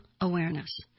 awareness